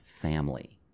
family